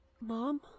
Mom